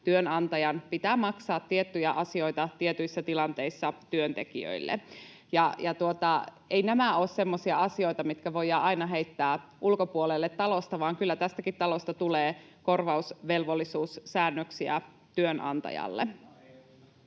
työnantajan pitää maksaa tiettyjä asioita tietyissä tilanteissa työntekijöille. Eivät nämä ole semmoisia asioita, mitkä voidaan aina heittää ulkopuolelle talosta, vaan kyllä tästäkin talosta tulee korvausvelvollisuussäännöksiä työnantajalle.